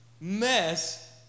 mess